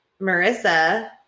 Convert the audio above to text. Marissa